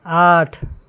आठ